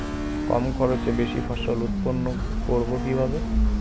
কম খরচে বেশি ফসল উৎপন্ন করব কিভাবে?